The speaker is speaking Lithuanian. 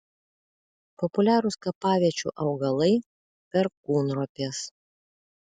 populiarūs kapaviečių augalai perkūnropės